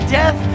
death